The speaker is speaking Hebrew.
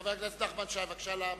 חבר הכנסת נחמן שי, בבקשה למיקרופון,